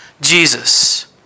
Jesus